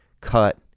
cut